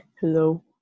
hello